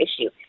issue